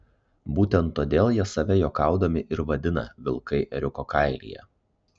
būtent todėl jie save juokaudami ir vadina vilkai ėriuko kailyje